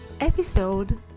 Episode